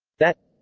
that